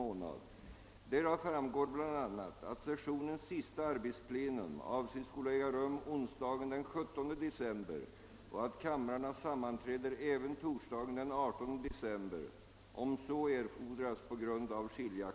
"Undertecknad anhåller härmed om tjänstledighet från riksdagsarbetet under tiden den 3—den 18 november för att kunna fullgöra uppdraget som svensk delegat vid FN:s befolkningskommissiones session i Genéve.